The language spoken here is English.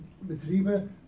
Betriebe